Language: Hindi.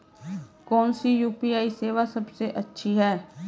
कौन सी यू.पी.आई सेवा सबसे अच्छी है?